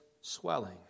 swelling